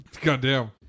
Goddamn